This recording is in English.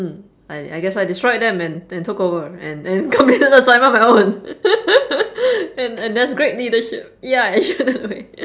hmm I I guess I destroyed them and then took over and and completed the assignment on my own and and that's great leadership ya it showed them the way